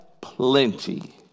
plenty